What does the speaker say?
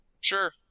Sure